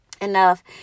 enough